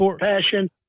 passion